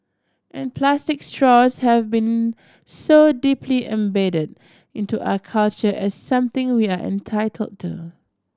and plastic straws have been so deeply embedded into our culture as something we are entitled to